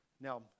Now